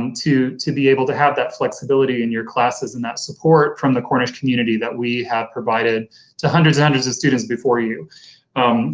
um to to be able to have that flexibility in your classes and that support from the cornish community that we have provided to hundreds and hundreds of students before you